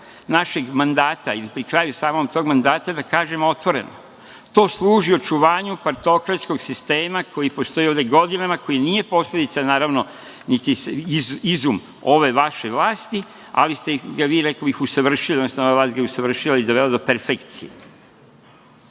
našeg mandata ili pri kraju samog tog mandata da kažemo otvoreno – to služi očuvanju partokratskog sistema koji postoji ovde godinama, koji nije posledica, naravno, niti izum ove vaše vlasti, ali ste ga vi, rekao bih, usavršili, odnosno ova vlast ga je usavršila i dovela do perfekcije,